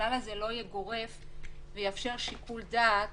שהכלל הזה לא יהיה גורף אלא יאפשר שיקול דעת